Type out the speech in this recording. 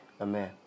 Amen